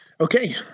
Okay